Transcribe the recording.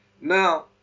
Now